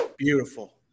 Beautiful